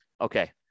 Okay